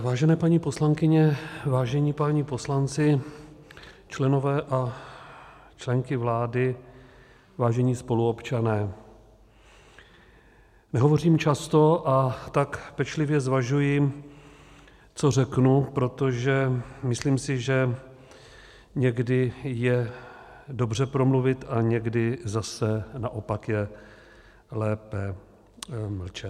Vážené paní poslankyně, vážení páni poslanci, členové a členky vlády, vážení spoluobčané, nehovořím často, a tak pečlivě zvažuji, co řeknu, protože myslím si, že někdy je dobře promluvit a někdy zase naopak je lépe mlčet.